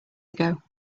ago